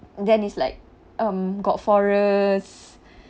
then it's like um got forests